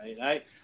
right